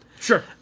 Sure